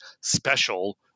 special